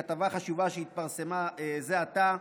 כתבה חשובה שהתפרסמה זה עתה,